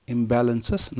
Imbalances